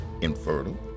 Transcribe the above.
infertile